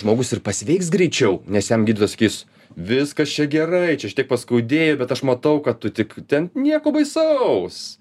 žmogus ir pasveiks greičiau nes jam gydytojas sakys viskas čia gerai čia šiek tiek paskaudėjo bet aš matau kad tu tik ten nieko baisaus